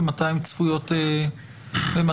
ומתי הן צפויות להתפרסם?